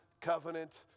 covenant